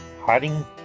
hiding